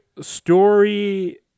story